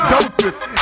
Dopest